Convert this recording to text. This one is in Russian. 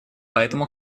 поэтому